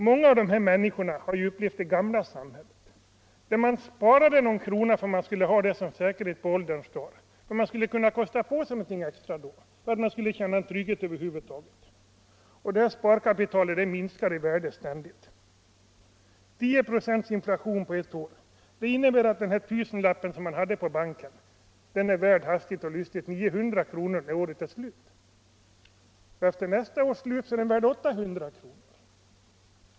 Många av dessa människor har upplevt det gamla samhället, där man sparade någon krona för att ha den såsom säkerhet på ålderns dar eller för att man då skulle kosta på sig något extra. Man ville känna trygghet över huvud taget. Det sparkapitalet har ständigt minskat i värde. 10 procents inflation på ett år innebär att den tusenlapp man hade på banken hastigt och lustigt är värd 900 kr. när året är slut. Vid nästa års slut är den värd 800 kr.